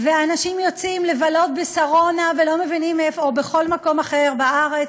ואנשים יוצאים לבלות בשרונה או בכל מקום אחר בארץ